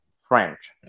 French